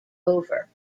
over